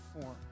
form